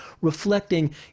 reflecting